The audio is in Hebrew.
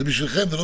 זו גם